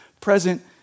present